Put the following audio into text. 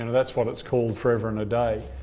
and that's what it's called forever and a day.